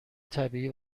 طبیعی